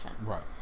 Right